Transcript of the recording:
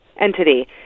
Entity